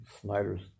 Snyder's